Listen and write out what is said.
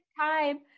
time